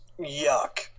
yuck